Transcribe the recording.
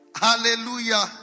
Hallelujah